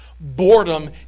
boredom